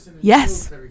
Yes